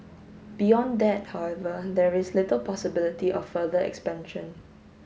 beyond that however there is little possibility of further expansion